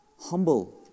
Humble